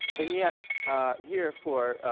and yet here for